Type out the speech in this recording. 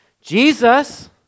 Jesus